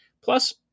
plus